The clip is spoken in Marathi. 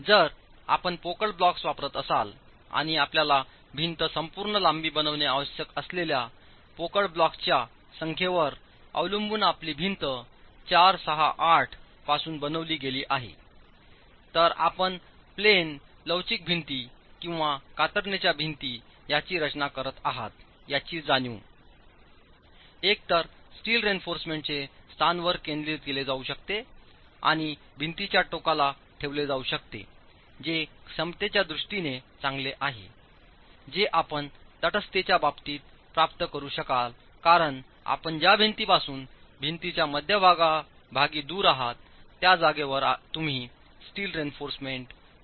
जर आपण पोकळ ब्लॉक्स वापरत असाल आणि आपल्याला भिंत संपूर्ण लांबी बनविणे आवश्यक असलेल्या पोकळ ब्लॉक्सच्या संख्येवर अवलंबून आपली भिंत 468 पासून बनविली गेली आहे तर आपण प्लेन लवचिक भिंती किंवा कातरणाच्या भिंती याची रचना करत आहात याची जाणीव एकतर स्टील रेइन्फॉर्समेंटचे स्थानवर केंद्रित केले जाऊ शकते आणि भिंतींच्या टोकाला ठेवले जाऊ शकते जे क्षमतेच्या दृष्टीने चांगले आहे जे आपण तटस्थतेच्या बाबतीत प्राप्त करू शकाल कारण आपण ज्या भिंतीपासून भिंतीच्या मध्यभागी दूर आहात त्या जागेवर तुम्ही स्टील रेइन्फॉर्समेंट ठेवत आहात